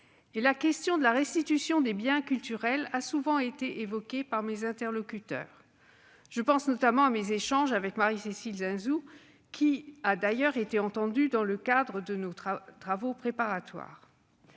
La question de la restitution des biens culturels y a régulièrement été évoquée par mes interlocuteurs, notamment par Marie-Cécile Zinsou, qui a d'ailleurs été entendue dans le cadre de nos travaux préparatoires.